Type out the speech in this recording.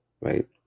right